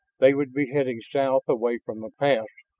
they would be heading south away from the pass.